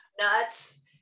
Nuts